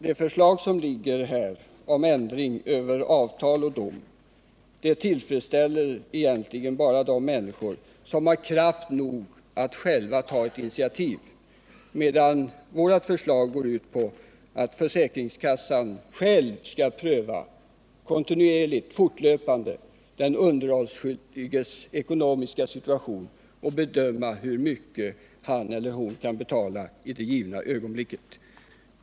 Det förslag som föreligger om ändring av avtal och dom tillfredsställer därför egentligen bara de människor som har kraft nog att själva ta ett initiativ, medan vårt förslag går ut på att försäkringskassan fortlöpande skall pröva den underhållsskyldiges ekonomiska situation och bedöma hur mycket han eller hon kan betala i det givna ögonblicket.